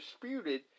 disputed